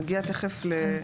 נגיע תיכף להצגת אישור משטרה,